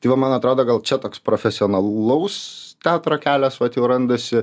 tai va man atrodo gal čia toks profesionalaus teatro kelias vat jau randasi